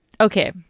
Okay